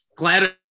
Glad